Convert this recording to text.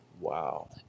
wow